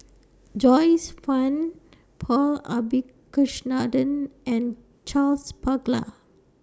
Joyce fan Paul Abisheganaden and Charles Paglar